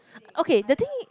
okay the thing